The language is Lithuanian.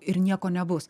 ir nieko nebus